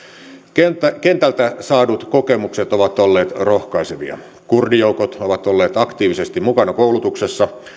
kentältä kentältä saadut kokemukset ovat olleet rohkaisevia kurdijoukot ovat olleet aktiivisesti mukana koulutuksessa